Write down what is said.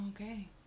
okay